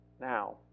now